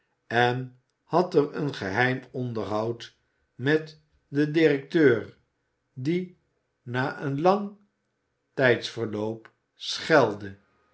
en had er een geheim onderhoud met den directeur die na een lang tijdsverloop schelde